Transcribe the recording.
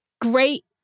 great